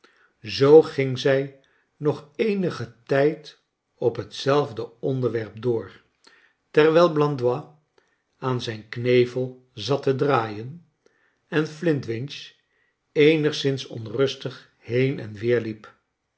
zoo ging zij nog eenigen tijd op hetzelfde onderwerp door terwijl blandois aan zijn knevel zat te draaien en flintwinch eenigszins enrustig heen en weerliep